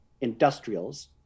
industrials